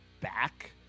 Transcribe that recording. back